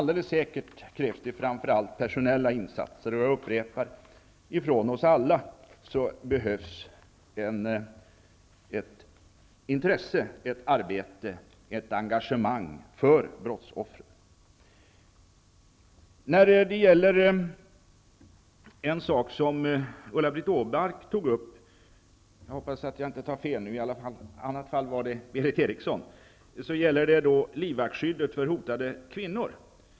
Det krävs framför allt personella insatser, och jag upprepar att det från oss alla behövs ett intresse, ett arbete och ett engagemang för brottsoffren. tog upp livvaktsskyddet för hotade kvinnor.